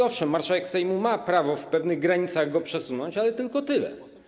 Owszem, marszałek Sejmu ma prawo w pewnych granicach go przesunąć, ale tylko tyle.